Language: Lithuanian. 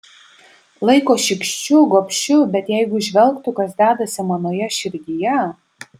laiko šykščiu gobšiu bet jeigu įžvelgtų kas dedasi manoje širdyje